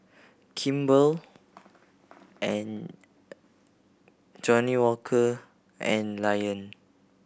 Kimball and Johnnie Walker and Lion